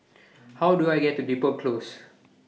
How Do I get to Depot Close